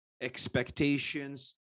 expectations